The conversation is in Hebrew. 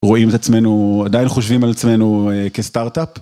רואים את עצמנו, עדיין חושבים על עצמנו כסטארט-אפ.